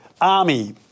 army